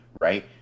right